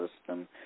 system